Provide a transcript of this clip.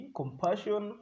compassion